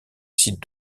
site